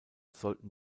sollten